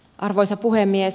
arvoisa puhemies